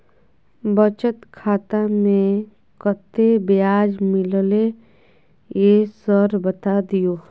बचत खाता में कत्ते ब्याज मिलले ये सर बता दियो?